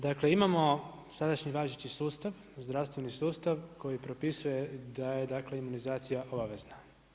Dakle, imamo sadašnji važeći sustav, zdravstveni sustav koji propisuje da je, dakle imunizacija obavezna.